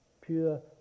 pure